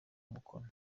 umukono